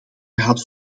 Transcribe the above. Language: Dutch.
gehad